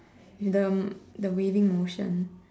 the the waving motion